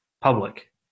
public